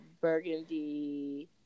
burgundy